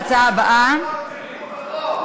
את ההצבעה שלי על הצעת החוק,